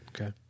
Okay